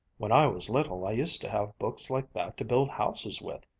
when i was little i used to have books like that to build houses with,